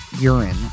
urine